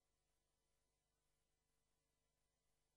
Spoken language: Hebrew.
ולכן